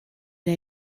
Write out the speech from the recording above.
der